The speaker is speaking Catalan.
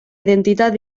identitat